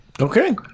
Okay